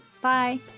Bye